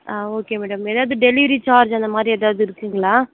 ஆ okay madam எதாவது delivery charge அந்தமாதிரி எதாவது இருக்குங்களா